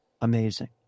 amazing